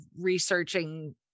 researching